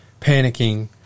panicking